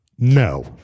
No